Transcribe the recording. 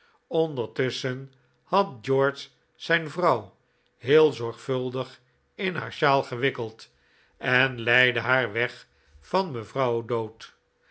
ondertusschen had george zijn vrouw heel zorgvuldig in haar sjaal gewikkeld en leidde haar weg van mevrouw o'dowd